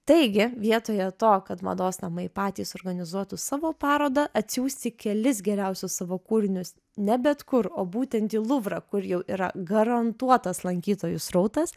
taigi vietoje to kad mados namai patys organizuotų savo parodą atsiųsti kelis geriausius savo kūrinius ne bet kur o būtent į luvrą kur jau yra garantuotas lankytojų srautas